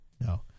No